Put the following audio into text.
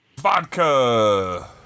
Vodka